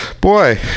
Boy